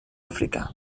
africà